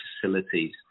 facilities